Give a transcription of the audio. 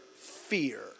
fear